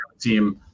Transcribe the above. team